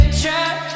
trap